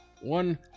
one